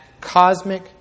cosmic